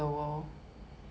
(uh huh)